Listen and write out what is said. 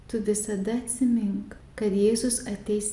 tu visada atsimink kad jėzus ateis